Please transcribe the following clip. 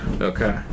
Okay